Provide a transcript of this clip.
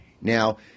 Now